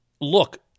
look